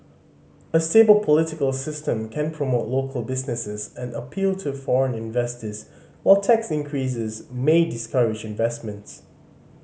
a stable political system can promote local businesses and appeal to foreign investors while tax increases may discourage investments